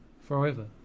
forever